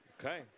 okay